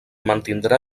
mantindrà